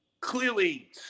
clearly